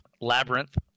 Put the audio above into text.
Labyrinth